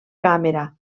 càmera